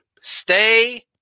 Stay